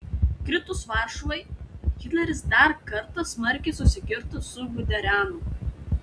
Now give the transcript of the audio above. kritus varšuvai hitleris dar kartą smarkiai susikirto su guderianu